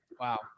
Wow